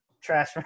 trash